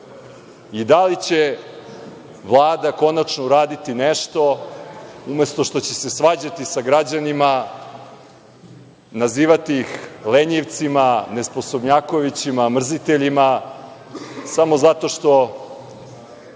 li će Vlada konačno urediti nešto, umesto što će se svađati sa građanima, nazivati ih lenjivcima, nesposobnjakovićima, mrziteljima, samo zato što